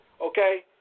Okay